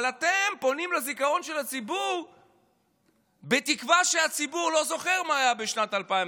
אתם פונים לזיכרון של הציבור בתקווה שהציבור לא זוכר מה היה בשנת 2005,